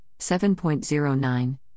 7.09